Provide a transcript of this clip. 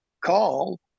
call